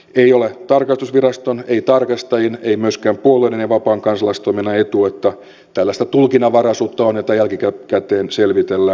ei ole tarkastusviraston ei tarkastajien ei myöskään puolueiden ja vapaan kansalaistoiminnan etu että on tällaista tulkinnanvaraisuutta jota jälkikäteen selvitellään